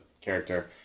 character